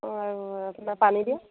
অঁ আৰু আপোনাৰ পানী দিয়া